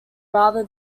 rather